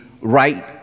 right